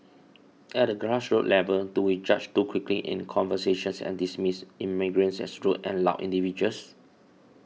at the grassroots level do we judge too quickly in conversations and dismiss immigrants as rude and loud individuals